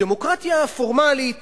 בדמוקרטיה פורמלית